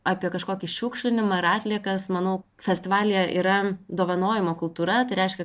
apie kažkokį šiukšlinimą ar atliekas manau festivalyje yra dovanojimo kultūra tai reiškia